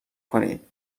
کنید